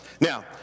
Now